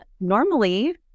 normally